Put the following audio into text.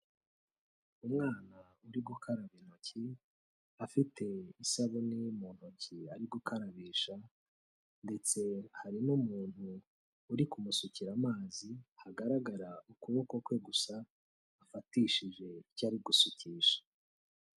Umwana uri gukaraba intoki, afite isabune ye mu ntoki ari gukarabisha ndetse hari n'umuntu uri kumusukira amazi hagaragara ukuboko kwe gusa afatishije icyo ari gusukisha.